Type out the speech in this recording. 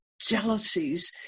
jealousies